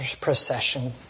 procession